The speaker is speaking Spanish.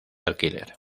alquiler